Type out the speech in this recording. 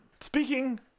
speaking